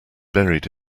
buried